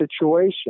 situation